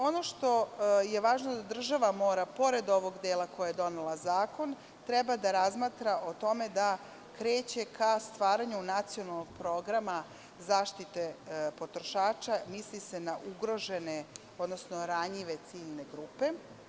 Ono što je važno da država mora, pored ovog dela gde je donela zakon, treba da razmatra o tome da kreće ka stvaranju nacionalnog programa zaštite potrošača, misli se na ugrožene, odnosno ranjive ciljne grupe.